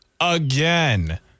again